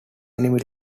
enemy